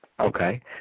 Okay